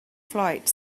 flight